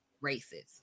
races